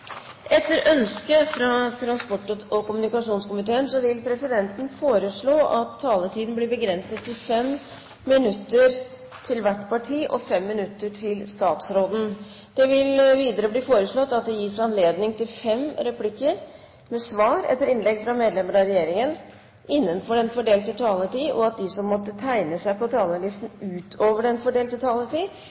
Etter ønske fra næringskomiteen vil presidenten foreslå at taletiden blir begrenset til 5 minutter til hvert parti og 5 minutter til statsråden. Videre vil presidenten foreslå at det blir gitt anledning til fem replikker med svar etter innlegg fra medlemmer av regjeringen innenfor den fordelte taletid, og at de som måtte tegne seg på talerlisten utover den fordelte taletid,